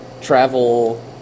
travel